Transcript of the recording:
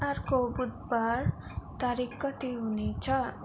अर्को बुधबार तारिख कति हुनेछ